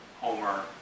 Homer